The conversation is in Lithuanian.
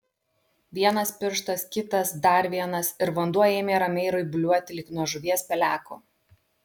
vienas pirštas kitas dar vienas ir vanduo ėmė ramiai raibuliuoti lyg nuo žuvies peleko